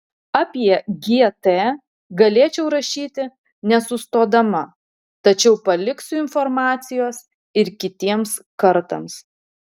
apie gt galėčiau rašyti nesustodama tačiau paliksiu informacijos ir kitiems kartams